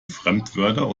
fremdwörter